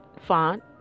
font